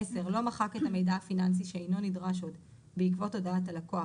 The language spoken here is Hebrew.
לא מחק את המידע הפיננסי שאינו נדרש עוד בעקבות הודעת הלקוח,